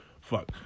Fuck